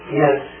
yes